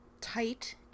tight